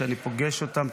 שכשאני פוגש אותם,